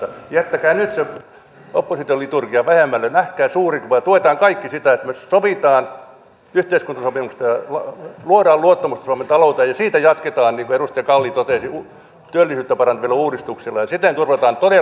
jättäkää nyt se oppositioliturgia vähemmälle nähkää suuri kuva tuetaan kaikki sitä että me sovimme yhteiskuntasopimuksesta luomme luottamusta suomen talouteen ja siitä jatketaan niin kuin edustaja kalli totesi työllisyyttä parantavilla uudistuksilla ja siten turvataan todella suomalaista hyvinvointia